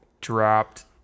dropped